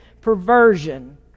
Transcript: perversion